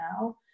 now